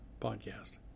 podcast